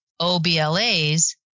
OBLAs